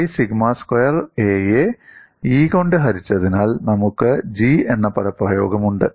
pi sigma square aയെ E കൊണ്ട് ഹരിച്ചതിനാൽ നമുക്ക് G എന്ന പദപ്രയോഗമുണ്ട്